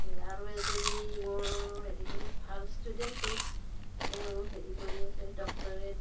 আৰু এজনী মোৰ হেৰি সেই ভাল ষ্টুডেণ্টে তেওঁ হেৰি কৰি আছে ডক্তৰেট